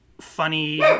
funny